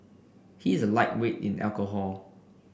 he is a lightweight in alcohol